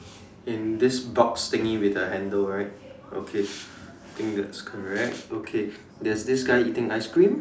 in this box thingy with a handle right okay I think that's correct okay there's this guy eating ice cream